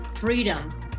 freedom